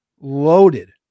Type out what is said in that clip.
Loaded